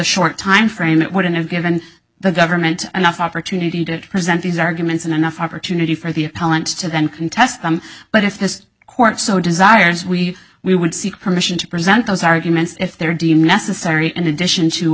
short timeframe that wouldn't have given the government enough opportunity to present these arguments and enough opportunity for the appellant to then contest them but if this court so desires we we would seek permission to present those arguments if they're deemed necessary in addition to